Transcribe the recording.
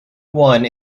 one